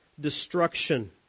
destruction